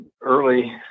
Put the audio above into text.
early